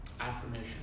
Affirmation